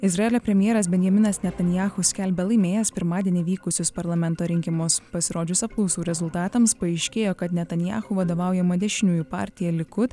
izraelio premjeras benjaminas netanyahu skelbia laimėjęs pirmadienį vykusius parlamento rinkimus pasirodžius apklausų rezultatams paaiškėjo kad netanyahu vadovaujama dešiniųjų partija likud